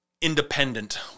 independent